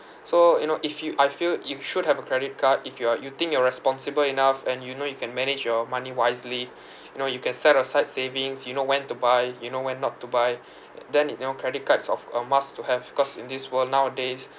so you know if you I feel you should have a credit card if you are you think you're responsible enough and you know you can manage your money wisely you know you can set aside savings you know when to buy you know when not to buy then you know credit cards of a must to have cause in this world nowadays